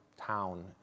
town